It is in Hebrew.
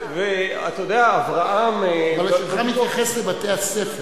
אתה יודע שאברהם, מתייחס לבתי-הספר.